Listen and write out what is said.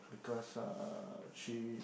because uh she